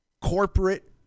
corporate